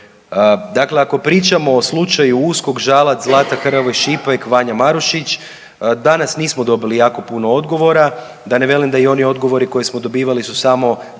Dakle, ako pričamo o slučaju USKOK-Žalac, Zlata Hrvoj Šipek-Vanja Marušić danas nismo dobili jako puno odgovora da ne velim da i oni odgovori koje smo dobivali su samo